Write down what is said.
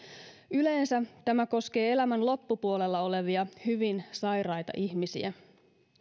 yleensä tämä koskee elämän loppupuolella olevia hyvin sairaita ihmisiä